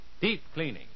deep-cleaning